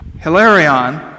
Hilarion